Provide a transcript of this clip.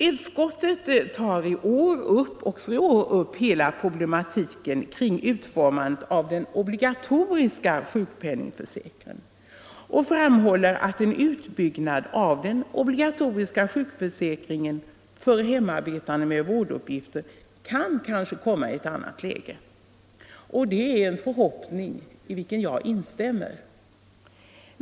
Utskottet tar även i år upp hela problematiken kring utformandet av den obligatoriska sjukpenningförsäkringen och framhåller att en utbyggnad åv den obligatoriska sjukförsäkringen för hemarbetande med vårduppgifter kanske kan komma i ett annat läge. Det är en förhoppning i vilken jag instämmer.